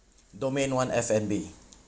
domain one F&B